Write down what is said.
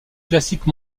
classique